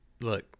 Look